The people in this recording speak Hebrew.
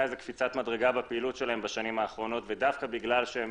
קפיצת מדרגה בפעילות שלהם בשנים האחרונות ודווקא בגלל שהם